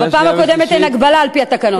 בפעם הקודמת אין הגבלה על-פי התקנון.